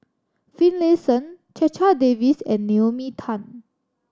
Finlayson Checha Davies and Naomi Tan